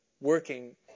working